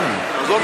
באמצע,